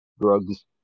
Drugs